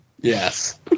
Yes